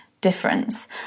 difference